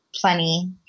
plenty